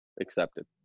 accepted